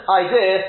idea